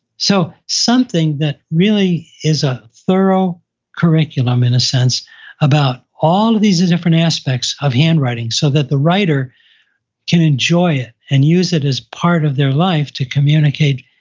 so something that really is a thorough curriculum in a sense about all of these different aspects of handwriting so that the writer can enjoy it, and use it as part of their life to communicate,